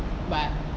but